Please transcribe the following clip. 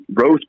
rose